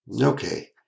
Okay